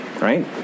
right